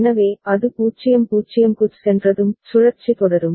எனவே அது 0 0 க்குச் சென்றதும் சுழற்சி தொடரும்